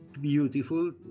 beautiful